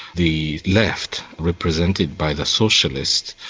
the left, represented by the socialists,